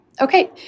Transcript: Okay